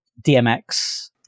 dmx